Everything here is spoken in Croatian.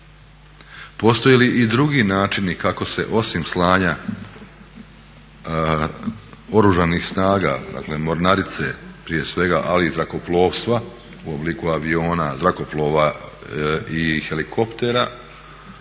Postoje li i drugi načini kako se osim slanja Oružanih snaga, dakle mornarice prije svega ali i zrakoplovstva u obliku aviona, zrakoplova i helikoptera